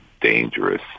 dangerous